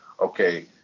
Okay